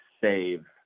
save